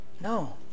No